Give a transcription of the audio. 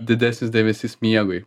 didesnis dėmesys miegui